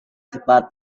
cepat